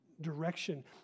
direction